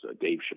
Dave